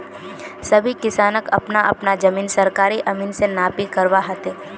सभी किसानक अपना अपना जमीन सरकारी अमीन स नापी करवा ह तेक